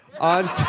On